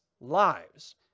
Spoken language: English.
lives